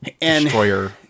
destroyer